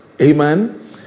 Amen